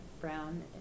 brown